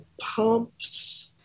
pumps